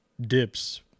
dips